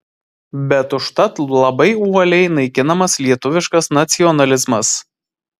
bet užtat labai uoliai naikinamas lietuviškas nacionalizmas